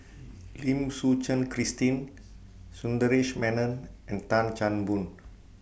Lim Suchen Christine Sundaresh Menon and Tan Chan Boon